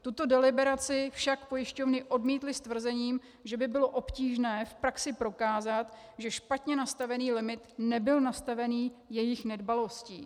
Tuto deliberaci však pojišťovny odmítly s tvrzením, že by bylo obtížné v praxi prokázat, že špatně nastavený limit nebyl nastavený jejich nedbalostí.